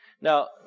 Now